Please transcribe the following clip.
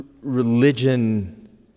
religion